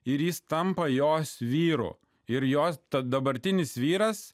ir jis tampa jos vyro ir jos tad dabartinis vyras